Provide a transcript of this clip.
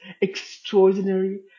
Extraordinary